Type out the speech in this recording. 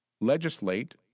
legislate